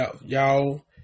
y'all